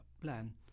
plan